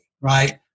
Right